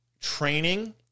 Training